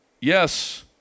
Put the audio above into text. yes